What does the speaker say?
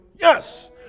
yes